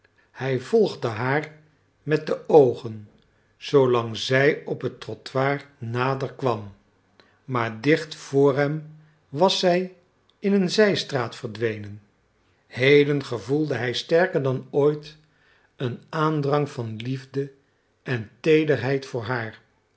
hij volgde haar met de oogen zoolang zij op het trottoir nader kwam maar dicht vr hem was zij in een zijstraat verdwenen heden gevoelde hij sterker dan ooit een aandrang van liefde en teederheid voor haar